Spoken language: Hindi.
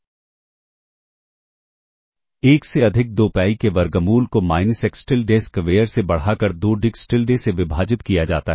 1 से अधिक 2 pi e के वर्गमूल को माइनस एक्स टिलडे स्क्वेयर से बढ़ाकर 2 dx टिलडे से विभाजित किया जाता है